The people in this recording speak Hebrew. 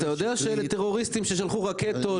אתה יודע שאלה טרוריסטים ששלחו רקטות,